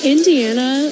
Indiana